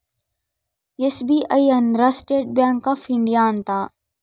SBI ಅಂದ್ರ State Bank of India ಅಂತ